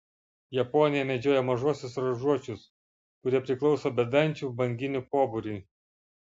japonija medžioja mažuosiuos ruožuočius kurie priklauso bedančių banginių pobūriui